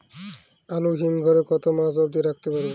আলু হিম ঘরে কতো মাস অব্দি রাখতে পারবো?